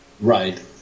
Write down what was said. Right